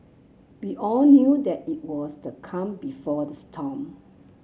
we all knew that it was the calm before the storm